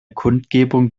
kundgebung